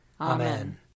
Amen